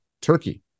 Turkey